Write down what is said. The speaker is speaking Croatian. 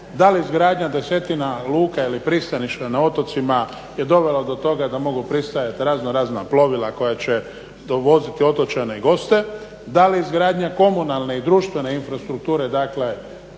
da li izgradnja desetina luka ili pristaništa na otocima je dovela do toga da mogu pristajati raznorazna plovila koja će dovoziti otočane i goste, da li izgradnja komunalne i društvene infrastrukture dakle